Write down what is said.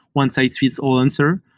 one-size-fits-all answer,